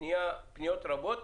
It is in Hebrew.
פניות רבות,